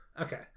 Okay